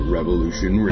Revolution